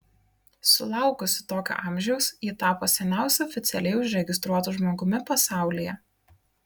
sulaukusi tokio amžiaus ji tapo seniausiu oficialiai užregistruotu žmogumi pasaulyje